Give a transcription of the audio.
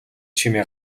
чимээ